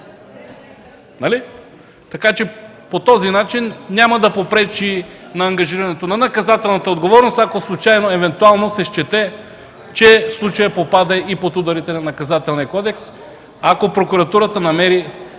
нали? По този начин няма да попречи на ангажирането на наказателната отговорност, ако случайно и евентуално се счете, че случаят попада и под ударите на Наказателния кодекс, ако прокуратурата намери